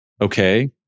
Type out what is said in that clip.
okay